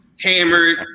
Hammered